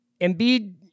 Embiid